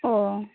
ᱚ